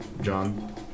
John